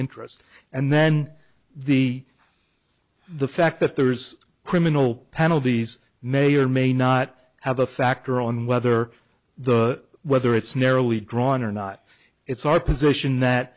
interest and then the the fact that there's criminal penalties may or may not have a factor on whether the whether it's narrowly drawn or not it's our position that